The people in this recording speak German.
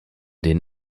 den